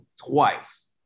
twice